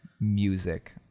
Music